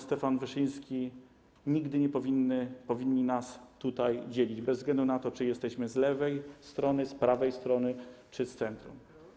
Stefan Wyszyński nigdy nie powinni nas tutaj dzielić, bez względu na to, czy jesteśmy z lewej strony, z prawej strony czy z centrum.